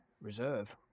reserve